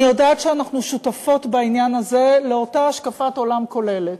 אני יודעת שאנחנו שותפות בעניין הזה לאותה השקפת עולם כוללת,